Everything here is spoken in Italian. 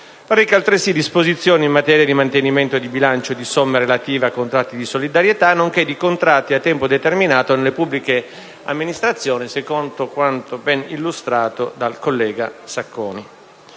reca altresì disposizioni in materia di mantenimento in bilancio di somme relative a contratti di solidarietà, nonché di contratti a tempo determinato nelle pubbliche amministrazioni, secondo quanto ben illustrato dal collega Sacconi.